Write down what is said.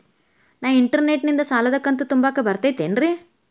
ನಾ ಇಂಟರ್ನೆಟ್ ನಿಂದ ಸಾಲದ ಕಂತು ತುಂಬಾಕ್ ಬರತೈತೇನ್ರೇ?